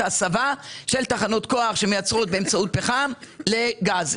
ההסבה של תחנות כוח שמייצרות באמצעות פחם לגז,